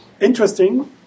interesting